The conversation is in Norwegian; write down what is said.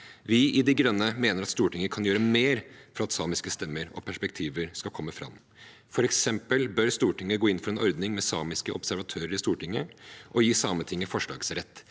Vi i De Grønne mener at Stortinget kan gjøre mer for at samiske stemmer og perspektiver skal komme fram. For eksempel bør Stortinget gå inn for en ordning med samiske observatører i Stortinget og gi Sametinget forslagsrett